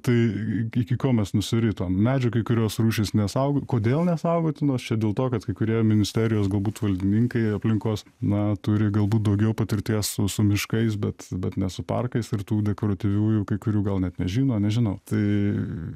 tai iki ko mes nusiritom medžiai kai kurios rūšys nesaugo kodėl nesaugotinos čia dėl to kad kai kurie ministerijos galbūt valdininkai aplinkos na turi galbūt daugiau patirties su su miškais bet bet mes su parkais ir tų dekoratyviųjų kai kurių gal net nežino nežinau tai